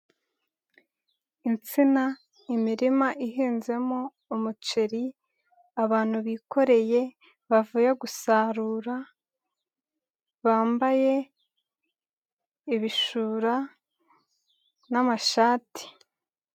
Insina, imirima ihinnzemo umuceri, abantu bikoreye bavuye gusarura bambaye ibishura n'amashati.